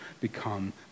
become